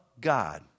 God